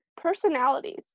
Personalities